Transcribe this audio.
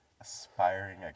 Aspiring